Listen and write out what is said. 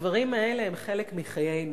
הדברים האלה הם חלק מחיינו.